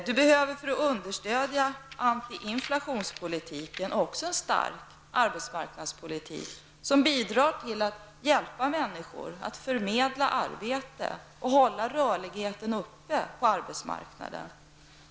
Också för att understödja antiinflationspolitiken behövs det en stark arbetsmarknadspolitik som bidrar till att hjälpa människor genom att förmedla arbete och hålla rörligheten uppe på arbetsmarknaden.